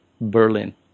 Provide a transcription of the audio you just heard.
Berlin